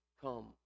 come